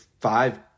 five